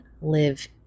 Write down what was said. live